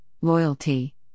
loyalty